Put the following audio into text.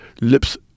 lips